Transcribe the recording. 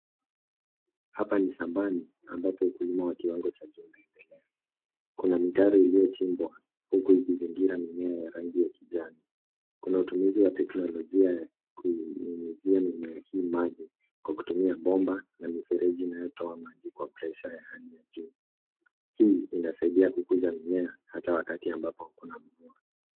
Hapa hi shambani ambapo ukulima wa kiwango cha juu unaendelea. Kuna mitaro iliyochimbwa huku ikizingira mimea ya rangi ya kijani. Kuna matumizi ya teknolojia ya kunyunyizia mimea hii maji kwa kutumia bomba na mifereji inayotoa maji kwa presha ya hali ya juu. Hii inasaidia kukuza mimea hata wakati ambapo hakuna mvua.